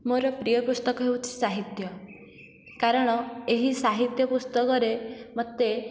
ମୋ'ର ପ୍ରିୟ ପୁସ୍ତକ ହେଉଛି ସାହିତ୍ୟ କାରଣ ଏହି ସାହିତ୍ୟ ପୁସ୍ତକରେ ମୋତେ